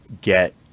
get